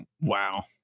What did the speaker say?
wow